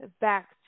Back